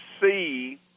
see